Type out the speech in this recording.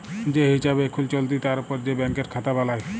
যে হিছাব এখুল চলতি তার উপর যে ব্যাংকের খাতা বালাই